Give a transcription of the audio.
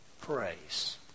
Praise